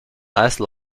ice